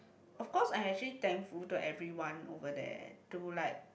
of course I actually thankful to everyone over there to like